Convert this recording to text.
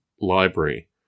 library